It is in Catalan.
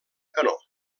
canó